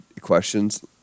questions